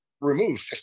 remove